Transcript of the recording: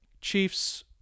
Chiefs